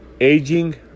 aging